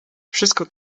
wszystko